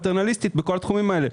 בכל התחומים האלה.